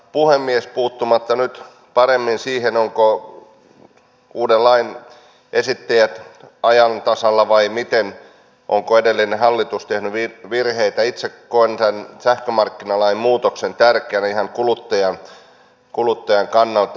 puuttumatta nyt paremmin siihen ovatko uuden lain esittäjät ajan tasalla vai miten onko edellinen hallitus tehnyt virheitä itse koen tämän sähkömarkkinalain muutoksen tärkeänä ihan kuluttajan kannalta